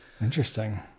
Interesting